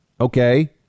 okay